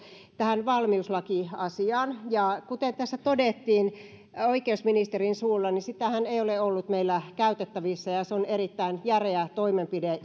tähän valmiuslakiasiaan kuten tässä todettiin oikeusministerin suulla sitähän ei ole ollut meillä käytettävissä ja se on erittäin järeä toimenpide